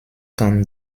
kann